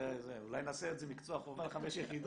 אולי נעשה את זה מקצוע חובה חמש יחידות.